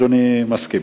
ואדוני מסכים.